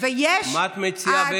מה את מציעה?